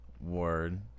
Word